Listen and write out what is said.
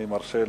אני מרשה.